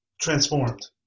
transformed